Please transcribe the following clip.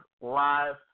live